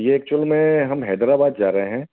यह एक्चुअल में हम हैदराबाद जा रहे हैं